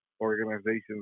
organizations